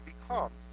becomes